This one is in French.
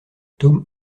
tome